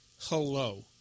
Hello